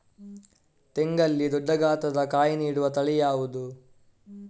ತೆಂಗಲ್ಲಿ ದೊಡ್ಡ ಗಾತ್ರದ ಕಾಯಿ ನೀಡುವ ತಳಿ ಯಾವುದು?